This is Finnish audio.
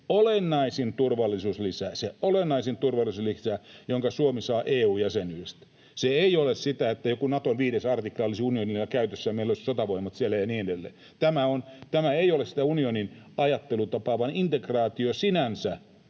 olennaisin turvallisuuslisä, jonka Suomi saa EU-jäsenyydestä. Se ei ole sitä, että joku Naton 5 artikla olisi unionilla käytössä ja meillä olisi sotavoimat siellä ja niin edelleen. Tämä ei ole sitä unionin ajattelutapaa, vaan integraatio sinänsä